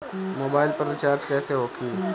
Mobile पर recharge कैसे होखी?